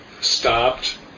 stopped